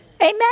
Amen